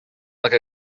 like